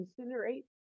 incinerate